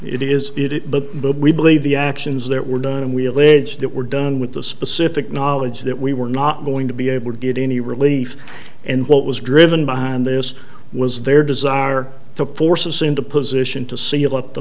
it is it but we believe the actions that were done and we allege that were done with the specific knowledge that we were not going to be able to get any relief and what was driven behind this was their desire the forces into position to seal up the